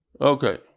Okay